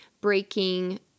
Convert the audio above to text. breaking